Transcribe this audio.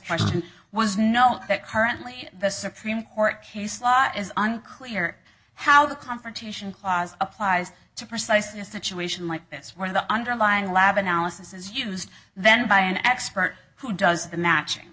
question was no that currently the supreme court case law is unclear how the confrontation applies to precisely a situation like this where the underlying lab analysis is used then by an expert who does the matching